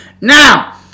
now